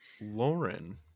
Lauren